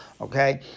Okay